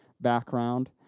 background